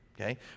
okay